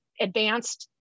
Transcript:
advanced